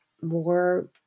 more